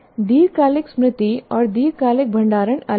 दीर्घकालिक स्मृति और दीर्घकालिक भंडारण अलग हैं